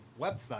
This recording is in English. website